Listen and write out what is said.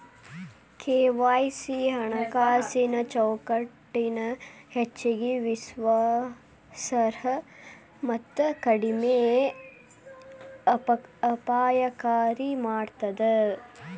KYC ಹಣಕಾಸಿನ್ ಚೌಕಟ್ಟನ ಹೆಚ್ಚಗಿ ವಿಶ್ವಾಸಾರ್ಹ ಮತ್ತ ಕಡಿಮೆ ಅಪಾಯಕಾರಿ ಮಾಡ್ತದ